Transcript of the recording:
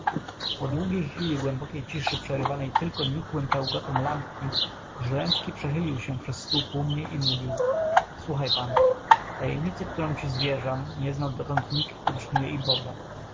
po długiej chwili głębokiej ciszy przerywanej tylko nikłym pełgotem lampki żręcki przechylił się przez stół ku mnie i mówił słuchaj pan tajemnicy którą ci zwierzam nie znał dotąd nikt prócz mnie i boga